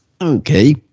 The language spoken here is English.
Okay